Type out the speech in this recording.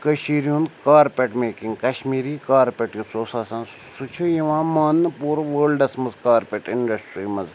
کٔشیٖرِ ہُںٛد carpet making Kashmiri carpet یُس اوس آسان سُہ چھِ یِوان ماننہٕ پوٗرٕ وٲلڈَس منٛز کارپٮ۪ٹ اِںڈَسٹِرٛی منٛز